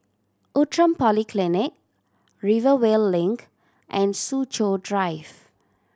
Outram Polyclinic Rivervale Link and Soo Chow Drive